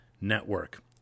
Network